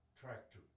tractor